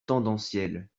tendancielle